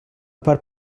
part